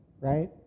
right